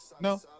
no